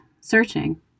searching